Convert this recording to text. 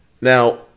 Now